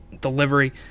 delivery